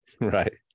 Right